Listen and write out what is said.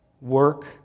Work